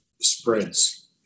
spreads